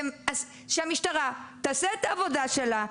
שהמשטרה תעשה את העבודה שלה.